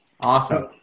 Awesome